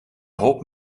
hoop